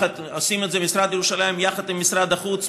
עושים את זה משרד ירושלים יחד עם משרד החוץ,